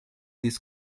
this